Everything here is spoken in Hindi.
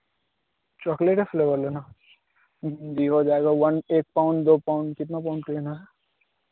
चॉकलेट का फ्लेवर लेना जी हो जाएगा वन एक पाउन दो पाउन कितना पाउन का लेना है